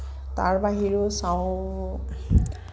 তাৰ বাহিৰেও চাওঁ